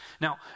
Now